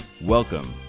Welcome